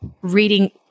reading